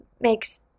makes